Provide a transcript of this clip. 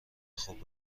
خوب